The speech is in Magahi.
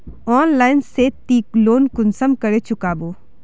ऑनलाइन से ती लोन कुंसम करे चुकाबो?